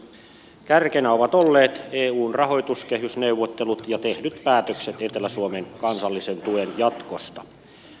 kärkenä ovat olleet eun rahoituskehysneuvottelut ja tehdyt päätökset etelä suomen kansallisen tuen jatkosta